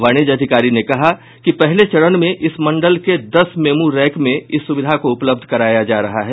वाणिज्य अधिकारी ने कहा कि पहले चरण में इस मंडल के दस मेमू रैक में इस सुविधा को उपलब्ध कराया जा रहा है